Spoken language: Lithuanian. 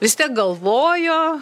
vis tiek galvojo